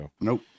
Nope